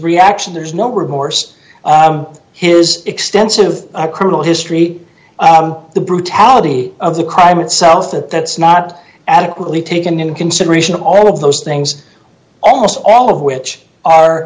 reaction there's no remorse here is extensive brutal history the brutality of the crime itself that that's not adequately taken into consideration all of those things almost all of which are